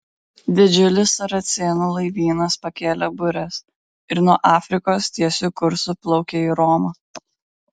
didžiulis saracėnų laivynas pakėlė bures ir nuo afrikos tiesiu kursu plaukia į romą